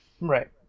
Right